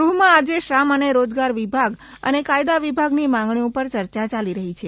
ગૃહમાં આજે શ્રમ અને રોજગાર વિભાગ અને કાયદા વિભાગની માંગણીઓ પર યર્ચા યાલી રહી છે